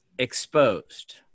Exposed